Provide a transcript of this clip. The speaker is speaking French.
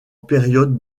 période